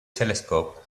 telescope